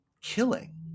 killing